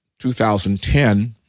2010